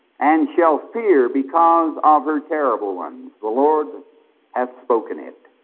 and shall fear because of her terrible ones the lord hath spoken it.